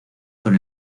con